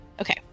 Okay